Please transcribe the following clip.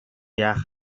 яах